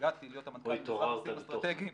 הגעתי להיות המנכ"ל למשרד לנושאים אסטרטגיים